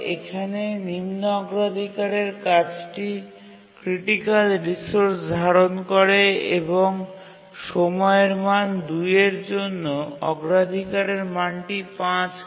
এখানে নিম্ন অগ্রাধিকারের কাজটি ক্রিটিকাল রিসোর্স ধারণ করে এবং সময়ের মান ২ এর জন্য অগ্রাধিকারের মানটি ৫ হয়